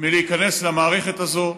מלהיכנס למערכת הזאת,